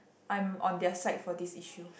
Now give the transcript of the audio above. I'm on their side for this issue